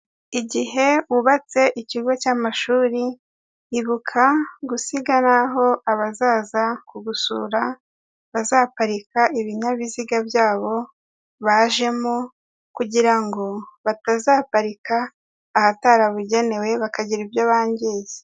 Igihe wubatse ikigo cy'amashuri ibuka gusiga n'aho abazaza kugusura bazaparika ibinyabiziga byabo bajemo kugira ngo batazaparika ahatarabugenewe bakagira ibyo bangiza.